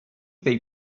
they